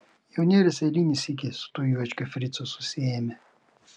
jaunėlis eilinį sykį su tuo juočkiu fricu susiėmė